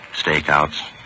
Stakeouts